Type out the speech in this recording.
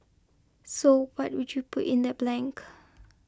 so what would you put in that blank